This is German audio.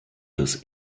das